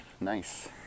Nice